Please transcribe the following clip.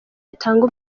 itanga